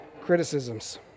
criticisms